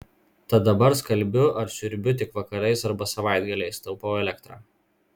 tad dabar skalbiu ar siurbiu tik vakarais arba savaitgaliais taupau elektrą